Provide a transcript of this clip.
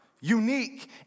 unique